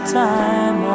time